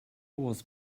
was